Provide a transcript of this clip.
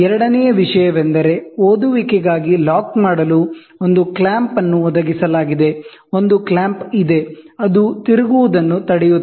ಎರಡನೆಯ ವಿಷಯವೆಂದರೆ ಓದುವಿಕೆಗಾಗಿ ಲಾಕ್ ಮಾಡಲು ಒಂದು ಕ್ಲ್ಯಾಂಪ್ ಅನ್ನು ಒದಗಿಸಲಾಗಿದೆ ಒಂದು ಕ್ಲ್ಯಾಂಪ್ ಇದೆ ಅದು ತಿರುಗುವುದನ್ನು ತಡೆಯುತ್ತದೆ